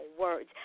words